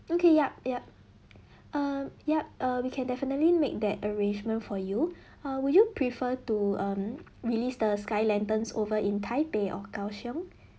okay yup yup um yup err we can definitely make that arrangement for you err would you prefer to um released the sky lanterns over in taipei or kao siong